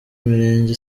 imirenge